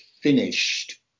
finished